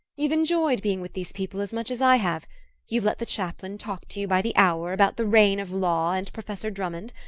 you've enjoyed being with these people as much as i have you've let the chaplain talk to you by the hour about the reign of law and professor drummond.